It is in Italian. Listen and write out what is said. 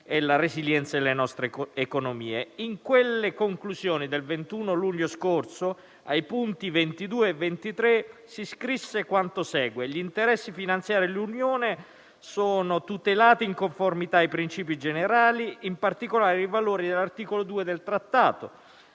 e la resilienza e le nostre economie. Nelle conclusioni del 21 luglio scorso, ai punti 22 e 23, si scrisse quanto segue: «Gli interessi finanziari dell'Unione sono tutelati in conformità dei principi generali (...) in particolare i valori di cui all'articolo 2 TUE (Trattato